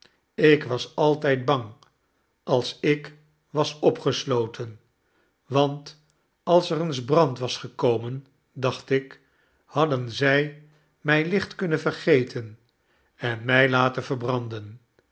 ik was altijd bang als ik was opgesloten want als er eens brand was gekomen dacht ik hadden zij mij licht kunnen vergeten en mij laten verbranden